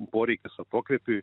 poreikis atokvėpiui